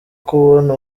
kubona